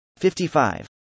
55